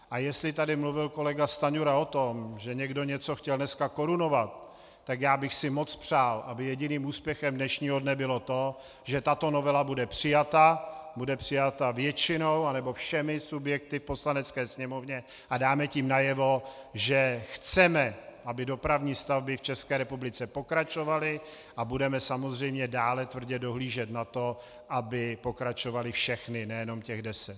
A jestli tady mluvil kolega Stanjura o tom, že někdo něco chtěl dneska korunovat, tak já bych si moc přál, aby jediným úspěchem dnešního dne bylo to, že tato novela bude přijata, bude přijata většinou anebo všemi subjekty v Poslanecké sněmovně a dáme tím najevo, že chceme, aby dopravní stavby v České republice pokračovaly, a budeme samozřejmě dále tvrdě dohlížet na to, aby pokračovaly všechny, nejenom těch deset.